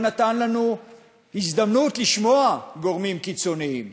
נתן לנו הזדמנות לשמוע גורמים קיצוניים.